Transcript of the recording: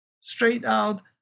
straight-out